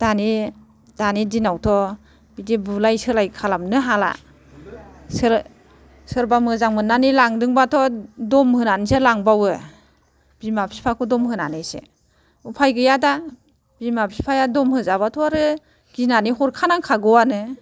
दानि दानि दिनावथ' बिदि बुलाय सोलाय खालामनोनो हाला सोरो सोरबा मोजां मोननानै लांदोंब्लाथ' दम होनानैसो लांबावो बिमा बिफाखौ दम होनानैसो उफाय गैया दा बिमा बिफाया दम होजाब्लाथ' आरो गिनानै हरखानांखागौआनो